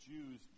Jews